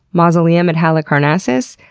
mausoleum at halicarnassus,